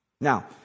Now